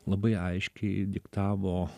labai aiškiai diktavo